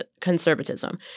conservatism